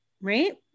right